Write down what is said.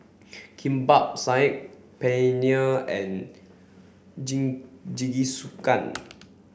Kimbap Saag Paneer and Jingisukan